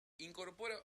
incorpora